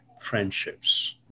friendships